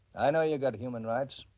i know you've got human rights.